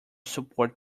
support